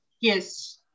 yes